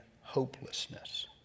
hopelessness